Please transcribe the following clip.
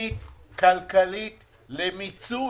תכנית כלכלית למיצוי.